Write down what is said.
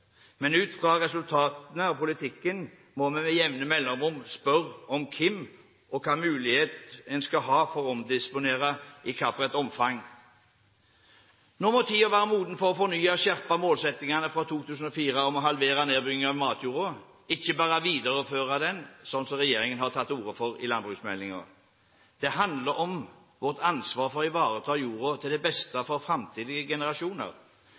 Men ut fra resultatene av politikken må vi med jevne mellomrom spørre om hvem som skal ha hvilken adgang til å omdisponere, og i hvilket omfang. Nå må tiden være moden for å fornye og skjerpe målsettingen fra 2004 om å halvere nedbyggingen av matjorda – ikke bare videreføre den, slik som regjeringen har tatt til orde for i landbruksmeldingen. Dette handler om vårt ansvar for å ivareta jorda til det beste for framtidige generasjoner.